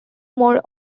more